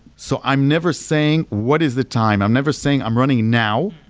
so i'm never saying, what is the time? i'm never saying, i'm running now.